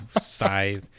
scythe